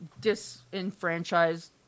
disenfranchised